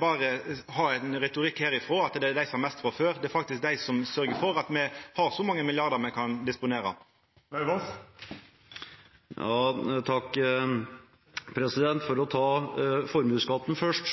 berre ha ein retorikk herfrå om dei som har mest frå før. Det er faktisk dei som sørgjer for at me har så mange milliardar som me kan disponera. For å ta formuesskatten først: